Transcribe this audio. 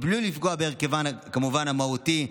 מבלי לפגוע בהרכבן המהותי,